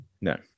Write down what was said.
No